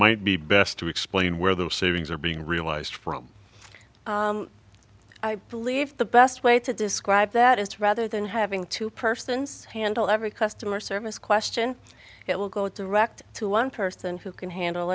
might be best to explain where the savings are being realized from i believe the best way to describe that is rather than having two persons handle every customer service question it will go direct to one person who can handle